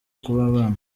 kw’abana